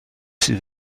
sydd